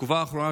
בתקופה האחרונה,